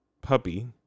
puppy